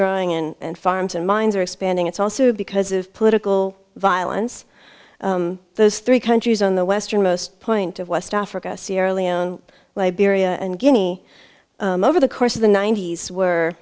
growing and farms and mines are expanding it's also because of political violence those three countries on the western most point of west africa sierra leone liberia and guinea over the course of the ninety's were